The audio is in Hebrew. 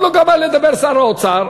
עוד לא גמר לדבר שר האוצר,